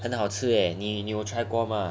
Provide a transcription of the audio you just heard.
很好吃 eh 你你有 try 过吗